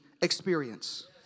experience